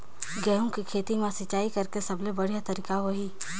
गंहू के खेती मां सिंचाई करेके सबले बढ़िया तरीका होही?